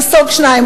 נסוג שניים,